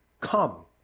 Come